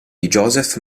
joseph